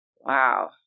wow